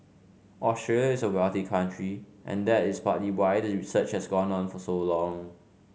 Australia is a wealthy country and that is partly why the research has gone on for so long